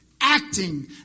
acting